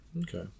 Okay